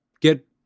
get